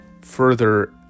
further